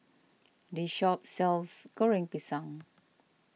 this shop sells Goreng Pisang